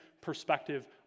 perspective